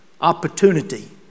opportunity